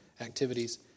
activities